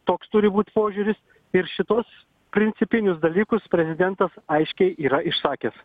toks turi būt požiūris ir šitus principinius dalykus prezidentas aiškiai yra išsakęs